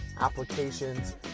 applications